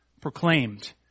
proclaimed